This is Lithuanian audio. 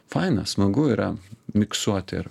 faina smagu yra miksuot ir